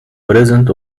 present